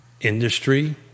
industry